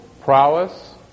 prowess